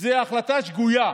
זו החלטה שגויה,